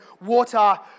water